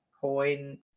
point